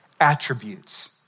attributes